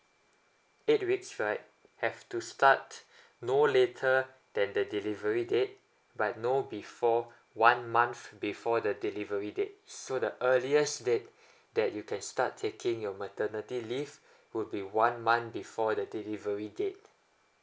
eight weeks right have to start no later than the delivery date but no before one month before the delivery date so the earliest that you can start taking your maternity leave would be one month before the delivery date